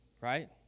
Right